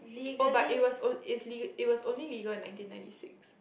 oh but it was oh is le~ it was only legal on nineteen ninety six